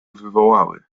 wywołały